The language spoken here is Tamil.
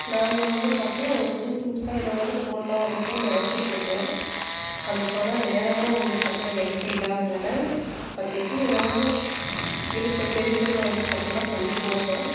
நாங்கள் வந்து பார்த்தன்னா ஒரு புதுசு புதுசாக எதாவது போடலாம் அப்படின் சொல்லி நெனைச்சிட்ருக்கோம் அதுக்கான நேரமும் வந்து பார்த்தின்னா எங்கள் எங்கள்கிட்ட இல்லாதுனால் அப்போதிக்கி எதாவது இருக்குது தெரிஞ்சதை வந்து பார்த்தீங்கன்னா பண்ணி போடுறோம்